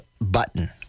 button